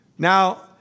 Now